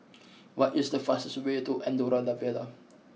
what is the fastest way to Andorra La Vella